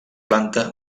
planta